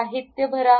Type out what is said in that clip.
साहित्य भरा